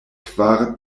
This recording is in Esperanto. kvar